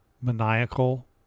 maniacal